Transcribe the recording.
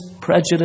prejudice